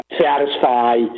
satisfy